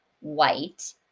white